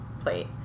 plate